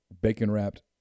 bacon-wrapped